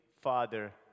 father